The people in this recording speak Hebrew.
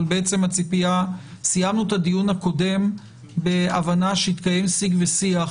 אבל סיימנו את הדיון הקודם בהבנה שיתקיים שיח ושיג